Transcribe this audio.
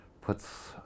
puts